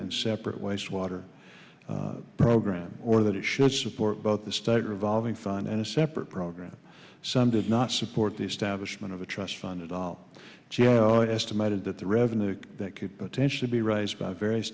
and separate wastewater program or that it should support both the state revolving fine and a separate program some did not support the establishment of a trust fund at all estimated that the revenue that could potentially be raised by various